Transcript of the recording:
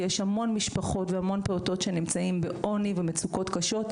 יש המון משפחות והמון פעוטות שנמצאים בעוני ובמצוקות קשות,